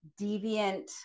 deviant